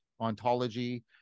ontology